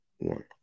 one